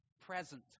present